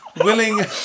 willing